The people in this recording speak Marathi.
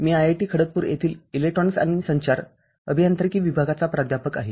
मी आयआयटी खडगपूर येथील इलेक्ट्रॉनिक्स आणि संचार अभियांत्रिकी विभागाचा प्राध्यापक आहे